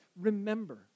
Remember